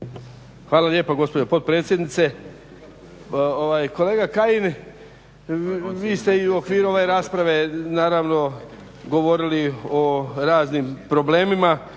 Hvala lijepo gospođo potpredsjednice. Kolega Kajin vi ste u okviru ove rasprave govorili o raznim problemima